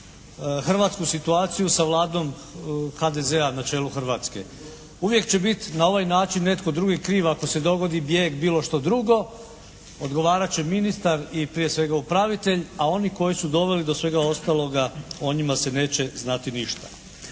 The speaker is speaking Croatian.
hrvatsku situaciju sa Vladom HDZ-a na čelu Hrvatske. Uvijek će bit na ovaj način netko drugi kriv ako se dogodi bijeg ili bilo što drugo, odgovarat će ministar i prije svega upravitelj, a oni koji su doveli do svega ostaloga, o njima se neće znati ništa.